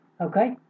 okay